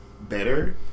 better